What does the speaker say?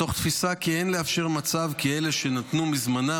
מתוך תפיסה כי אין לאפשר מצב שבו אלה שנתנו מזמנם